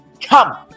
come